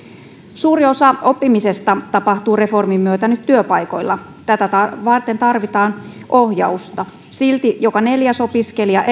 suuri osa oppimisesta tapahtuu reformin myötä nyt työpaikoilla tätä varten tarvitaan ohjausta silti joka neljäs opiskelija